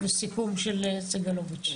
וסיכום של סגלוביץ'.